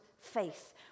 faith